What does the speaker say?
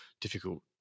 difficult